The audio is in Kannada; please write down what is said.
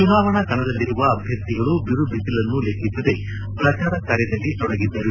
ಚುನಾವಣಾ ಕಣದಲ್ಲಿರುವ ಅಭ್ವರ್ಥಿಗಳು ಬಿರುಬಿಸಿಲನ್ನೂ ಲೆಕ್ಕಿಸದೆ ಪ್ರಚಾರ ಕಾರ್ಯದಲ್ಲಿ ತೊಡಗಿದ್ದರು